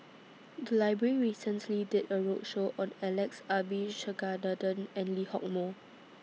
The Library recently did A roadshow on Alex Abisheganaden and Lee Hock Moh